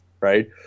right